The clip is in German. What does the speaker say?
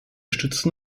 stützen